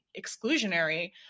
exclusionary